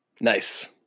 Nice